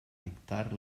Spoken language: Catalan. dictar